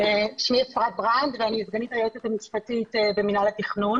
אני סגנית היועמ"ש במינהל התכנון.